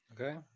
Okay